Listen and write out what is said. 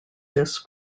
this